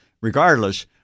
regardless